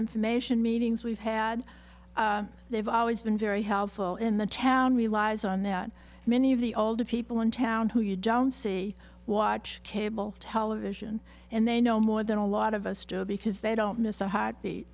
information meetings we've had they've always been very helpful in the town relies on that many of the older people in town who you don't see watch cable television and they know more than a lot of us joe because they don't miss a heartbeat